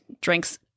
drinks